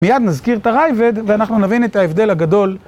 מייד נזכיר את הרייבד, ואנחנו נבין את ההבדל הגדול.